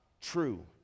true